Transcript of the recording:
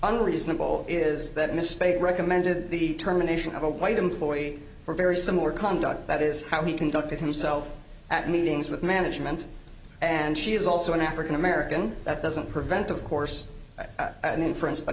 unreasonable is that myspace recommended the determination of a white employee for very similar conduct that is how he conducted himself at meetings with management and she is also an african american that doesn't prevent of course an inference but